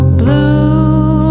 blue